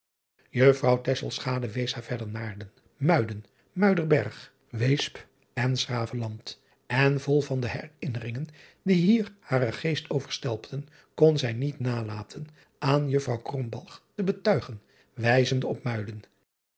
uffrouw wees haar verder aarden uiden uiderberg eesp en s raveland n vol van de herinneringen die hier haren geest overstelpten kon zij niet nalaten aan uffrouw te betuigen wijzende op uiden